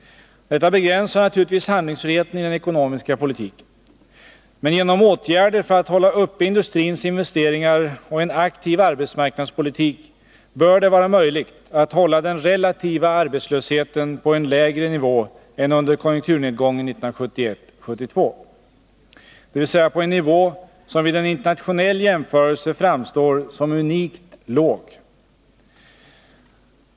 Detta begränsar naturligtvis handlingsfriheten i den ekonomiska politiken. Men genom åtgärder för att hålla uppe industrins investeringar och genom en aktiv arbetsmarknadspolitik bör det vara möjligt att hålla den relativa arbetslösheten på en lägre nivå än under konjunktur nedgången 1971-1972, dvs. på en nivå som vid en internationell jämförelse framstår som unikt låg.